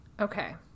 Okay